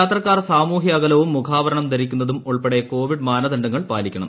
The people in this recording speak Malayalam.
യാത്രക്കാർ സാമൂഹ്യ അകലവും മുഖാവരണം ധരിക്കുന്നതും ഉൾപ്പെടെ കോവിഡ് മാനദണ്ഡങ്ങൾ പാലിക്കണം